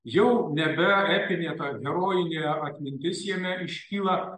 jau nebe epinė herojinė atmintis jame iškyla